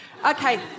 Okay